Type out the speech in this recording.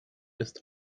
ist